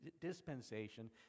dispensation